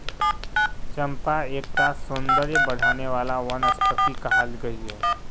चंपा एक टा सौंदर्य बढाने वाला वनस्पति कहाल गहिये